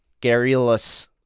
garrulous